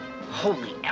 Holy